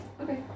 okay